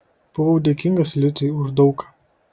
buvau dėkingas liucei už daug ką